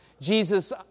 Jesus